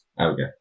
Okay